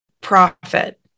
profit